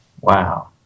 wow